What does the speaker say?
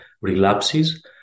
relapses